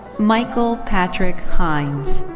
michael patrick hines.